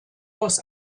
aus